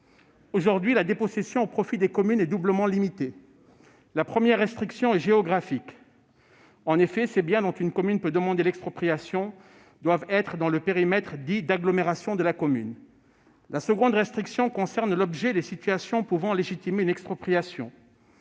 Aujourd'hui, la dépossession au profit des communes est doublement limitée. La première restriction est géographique : les biens dont une commune peut demander l'expropriation doivent se situer dans le périmètre dit d'agglomération. La seconde concerne l'objet des situations pouvant légitimer une expropriation.